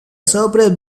surprise